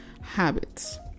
habits